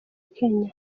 kenya